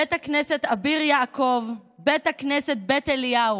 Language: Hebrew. בית הכנסת אביר יעקב, בית הכנסת בית אליהו,